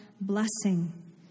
blessing